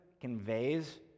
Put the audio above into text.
conveys